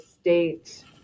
state